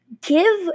Give